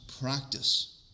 practice